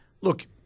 look